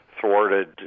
thwarted